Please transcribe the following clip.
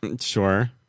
Sure